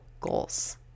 goals